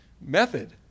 method